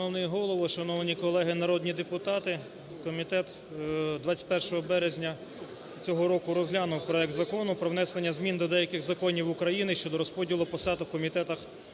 Шановний Голово! Шановні колеги народні депутати! Комітет 21 березня цього року розглянув проект Закону про внесення змін до деяких законів України щодо розподілу посад у комітетах